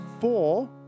four